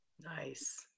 nice